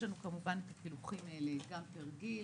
יש לנו כמובן את הפילוחים האלה גם פר גיל